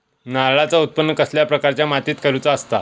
नारळाचा उत्त्पन कसल्या प्रकारच्या मातीत करूचा असता?